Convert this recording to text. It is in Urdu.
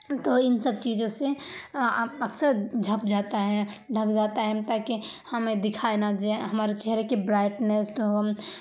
تو ان سب چیزوں سے اکثر ڈھک جاتا ہے ڈھک جاتا ہے تاکہ ہمیں دکھائی نہ دے ہمارے چہرے کے برائٹنیس ہو